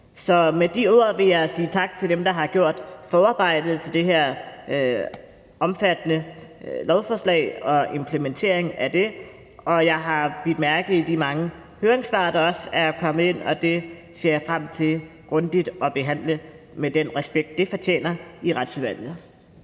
Så med de ord vil jeg sige tak til dem, der har gjort forarbejdet til det her omfattende lovforslag og til implementeringen af det. Jeg har bidt mærke i de mange høringssvar, der også er kommet ind, og dem ser jeg frem til grundigt at behandle med den respekt, de fortjener, i Retsudvalget.